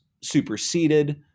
superseded